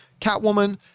Catwoman